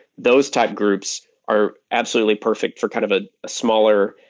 those type groups are absolutely perfect for kind of ah a smaller,